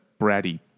bratty